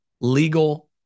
legal